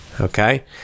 okay